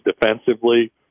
defensively